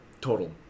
total